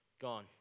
gone